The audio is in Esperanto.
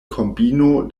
kombino